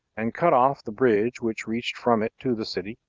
and cut off the bridge which reached from it to the city,